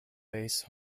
base